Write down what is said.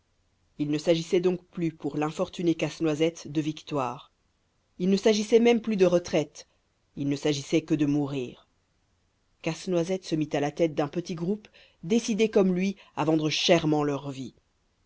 il ne s'agissait donc plus pour l'infortuné casse-noisette de victoire il ne s'agissait même plus de retraite il ne s'agissait que de mourir casse-noisette se mit à la tête d'un petit groupe décidés comme lui à vendre chèrement leur vie